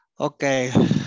Okay